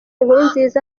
nkurunziza